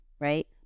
right